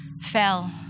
fell